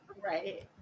Right